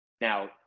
Now